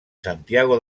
santiago